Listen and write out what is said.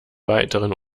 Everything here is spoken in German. weiteren